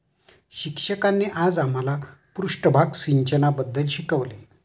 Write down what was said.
शिक्षकांनी आज आम्हाला पृष्ठभाग सिंचनाबद्दल शिकवले